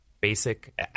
basic